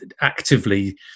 actively